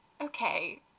Okay